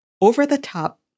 over-the-top